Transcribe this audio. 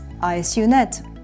ISUNet